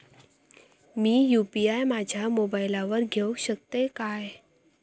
मी UPI माझ्या मोबाईलावर घेवक शकतय काय?